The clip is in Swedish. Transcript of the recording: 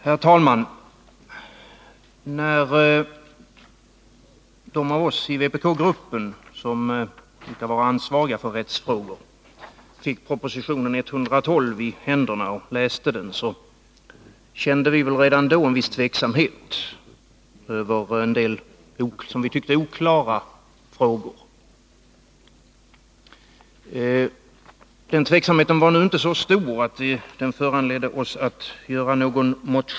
Herr talman! När de av oss i vpk-gruppen som brukar vara ansvariga för rättsfrågor fick propositionen 112 i händerna och läste den kände vi en viss tveksamhet över en del som vi då tyckte oklara frågor. Tveksamheten var emellertid inte så stor att den föranledde oss att avge någon motion.